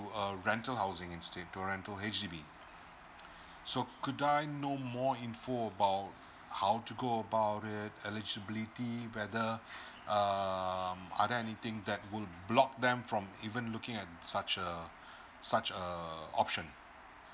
a rental housing instead to rental H_D_B so could do I know more info about how to go about it eligibility whether um are there anything that would block them from even looking at such err such err option